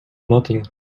nothing